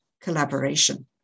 collaboration